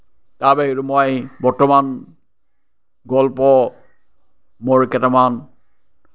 তাৰ বাহিৰেও মই বৰ্তমান গল্প মোৰ কেইটামান